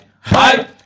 hype